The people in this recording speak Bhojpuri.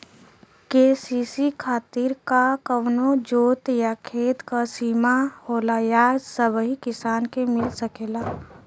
के.सी.सी खातिर का कवनो जोत या खेत क सिमा होला या सबही किसान के मिल सकेला?